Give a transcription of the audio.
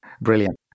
Brilliant